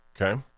Okay